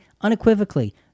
unequivocally